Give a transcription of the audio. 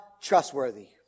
trustworthy